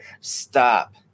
Stop